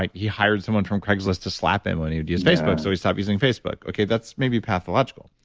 like he hired someone from craigslist to slap him when he would use facebook, so he stopped using facebook okay. that's maybe pathological.